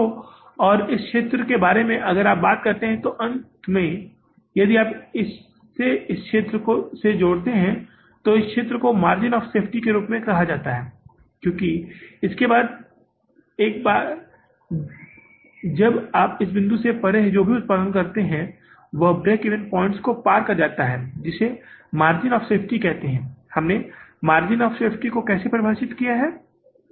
तो और इस क्षेत्र के बारे में अगर आप बात करते हैं तो अंत में यदि आप इसे इस क्षेत्र से जोड़ते हैं तो इस क्षेत्र को मार्जिन ऑफ़ सेफ्टी के रूप में कहा जाता है क्योंकि इसके बाद एक बार जब आप इस बिंदु से परे जो भी उत्पादन करते हैं वह ब्रेक इवन पॉइंट्स को पार कर जाता है जिसे मार्जिन ऑफ़ सेफ्टी कहा जाता है और हमने मार्जिन ऑफ़ सेफ्टी को कैसे परिभाषित किया है